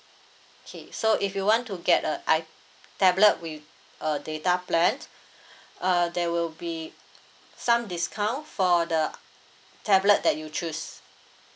okay so if you want to get the I tablet with a data plan uh there will be some discount for the tablet that you choose